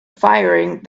firing